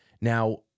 Now